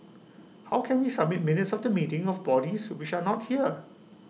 how can we submit minutes of the meeting of bodies which are not here